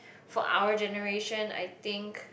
for our generation I think